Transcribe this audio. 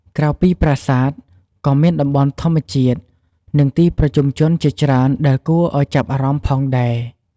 ក្រៅពីប្រាសាទ ក៏មានតំបន់ធម្មជាតិ និងទីប្រជុំជនជាច្រើនដែលគួរឲ្យចាប់អារម្មណ៍ផងដែរ។